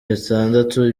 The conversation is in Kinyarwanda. bitandatu